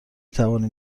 توانیم